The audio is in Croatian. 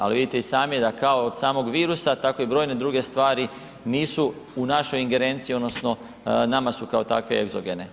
Ali vidite i sami da kao od samog virusa tako i brojne druge stvari nisu u našoj ingerenciji odnosno nama su kao takve egzogene.